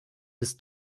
bis